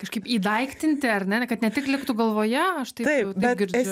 kažkaip įdaiktinti ar ne kad ne tik liktų galvoje aš taip taip girdžiu